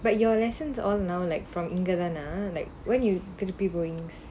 but your lessons all now like from இங்கதானா:inggathaanaa like when you திருப்பி:thiruppi going